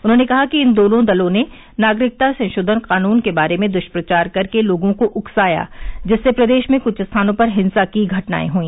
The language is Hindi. उन्होंने कहा कि इन दोनों दलों ने नागरिकता संशोधन कानून के बारे में दृष्प्रचार कर के लोगों को उकसाया जिससे प्रदेश में कुछ स्थानों पर हिंसा की घटनाए हुई